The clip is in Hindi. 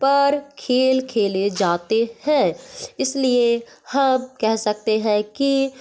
पर खेल खेले जाते हैं इसलिए हम कह सकते हैं कि